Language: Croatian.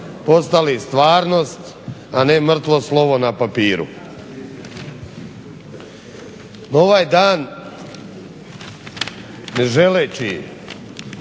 postali stvarnost, a ne mrtvo slovo na papiru. Ovaj dan, ne želeći